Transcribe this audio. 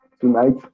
tonight